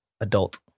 adult